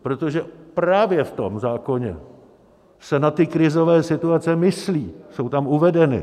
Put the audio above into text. Protože právě v tom zákoně se na ty krizové situaci myslí, jsou tam uvedeny.